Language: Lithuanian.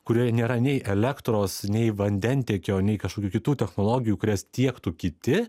kurioje nėra nei elektros nei vandentiekio nei kažkokių kitų technologijų kurias tiektų kiti